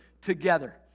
together